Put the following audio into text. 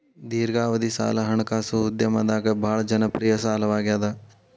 ದೇರ್ಘಾವಧಿ ಸಾಲ ಹಣಕಾಸು ಉದ್ಯಮದಾಗ ಭಾಳ್ ಜನಪ್ರಿಯ ಸಾಲವಾಗ್ಯಾದ